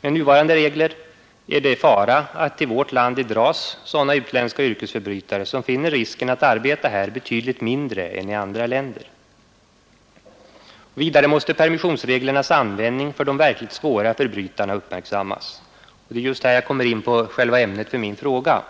Med nuvarande regler är det fara att till vårt land dras utländska yrkesförbrytare, som finner risken att arbeta här betydligt mindre än i andra länder. Vidare måste permissionsreglernas användning för de verkligt svåra förbrytarna uppmärksammas. Och det är här jag kommer in på ämnet för min fråga.